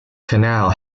canal